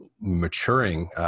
maturing